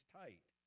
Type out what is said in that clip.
tight